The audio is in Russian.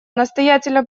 настоятельно